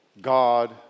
God